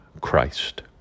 Christ